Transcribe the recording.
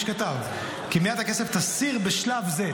מי שכתב, כי מייד הכנסת תסיר בשלב זה.